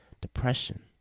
depression